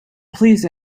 please